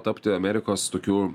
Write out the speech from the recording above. tapti amerikos tokiu